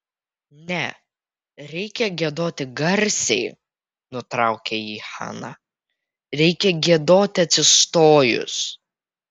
ne reikia giedoti garsiai nutraukė jį hana reikia giedoti atsistojus